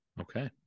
Okay